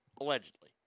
allegedly